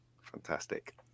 Fantastic